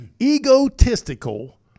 egotistical